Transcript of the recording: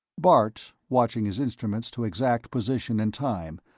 bart, watching his instruments to exact position and time,